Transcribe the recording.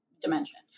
dimension